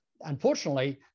Unfortunately